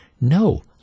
no